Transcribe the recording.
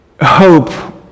hope